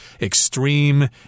extreme